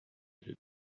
did